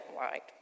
right